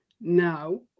now